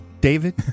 David